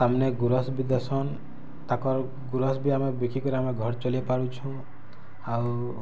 ତାର୍ମାନେ ଗୁରୁସ୍ ବି ଦେସନ୍ ତାକଁର ଗୁରସ୍ ବି ଆମେ ବିକିକରି ଆମେ ଘର୍ ଚଲାଇ ପାରୁଛୁଁ ଆଉ